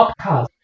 podcast